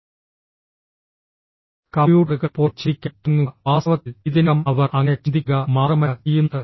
കമ്പ്യൂട്ടറുകളെപ്പോലെ ചിന്തിക്കാൻ തുടങ്ങുക വാസ്തവത്തിൽ ഇതിനകം അവർ അങ്ങനെ ചിന്തിക്കുക മാത്രമല്ല ചെയ്യുന്നത്